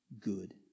good